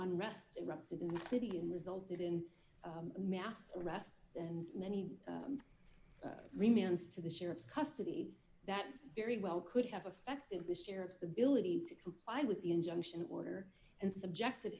unrest erupted in the city and resulted in mass arrests and many remains to the sheriff's custody that very well could have affected the sheriff's ability to comply with the injunction order and subjected